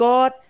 God